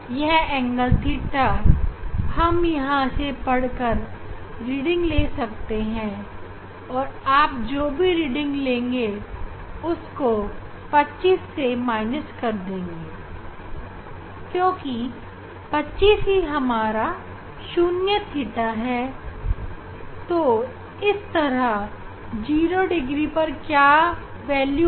यह कोण थीटा हम यहां से पढ़कर रीडिंग ले सकते हैं और आप जो भी रीडिंग लेंगे उसको 25 से घटा देंगे क्योंकि 25 ही हमारा 0 थीटा है तो इस तरह 0 डिग्री पर करंट का क्या वेल्यू है